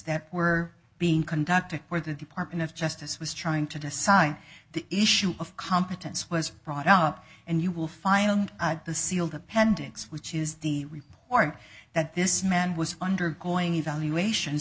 that were being conducted where the department of justice was trying to decide the issue of competence was brought up and you will find on the sealed appendix which is the report that this man was undergoing evaluation